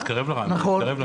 נכון,